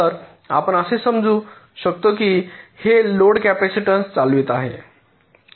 तर आपण असे समजू शकतो की हे लोड कॅपेसिटन्स चालवित आहे